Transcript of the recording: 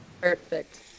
Perfect